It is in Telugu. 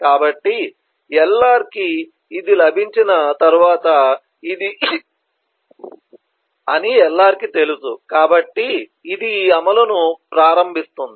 కాబట్టి LR కి ఇది లభించిన తర్వాత ఇది సెలవు అభ్యర్థన అని LR కి తెలుసు కాబట్టి ఇది ఈ అమలును ప్రారంభిస్తుంది